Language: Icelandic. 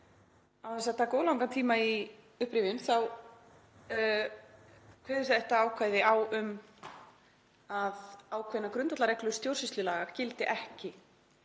Án þess að taka of langan tíma í upprifjun þá kveður þetta ákvæði á um að ákveðnar grundvallarreglur stjórnsýslulaga gildi ekki